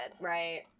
Right